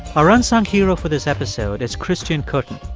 our unsung hero for this episode as christian kertin.